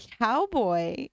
cowboy